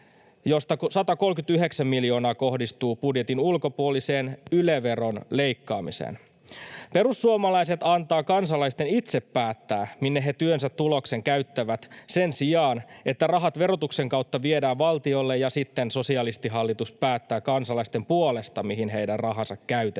josta 139 miljoonaa kohdistuu budjetin ulkopuoliseen Yle-veron leikkaamiseen. Perussuomalaiset antavat kansalaisten itse päättää, minne he työnsä tuloksen käyttävät, sen sijaan että rahat verotuksen kautta viedään valtiolle ja sitten sosialistihallitus päättää kansalaisten puolesta, mihin heidän rahansa käytetään.